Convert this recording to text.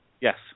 Yes